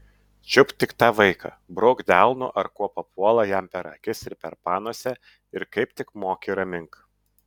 čiupk tik tą vaiką brauk delnu ar kuo papuola jam per akis ir per panosę ir kaip tik moki ramink